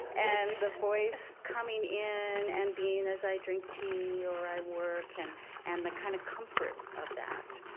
and the voice coming in and being as i drink tea or i work, and and the kind of comfort of that,